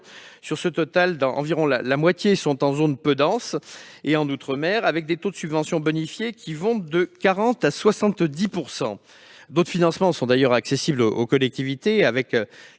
de subventions. La moitié est en zone peu dense et en outre-mer, avec des taux de subvention bonifiés qui vont de 40 % à 70 %. D'autres financements sont accessibles aux collectivités, avec la